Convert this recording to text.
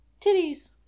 titties